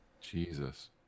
Jesus